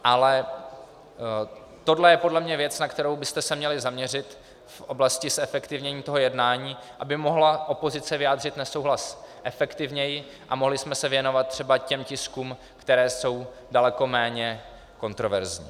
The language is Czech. Ale tohle je podle mě věc, na kterou byste se měli zaměřit v oblasti zefektivnění toho jednání, aby mohla opozice vyjádřit nesouhlas efektivněji a mohli jsme se věnovat třeba těm tiskům, které jsou daleko méně kontroverzní.